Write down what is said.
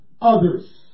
others